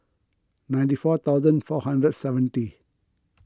ninety four thousand four hundred and seventy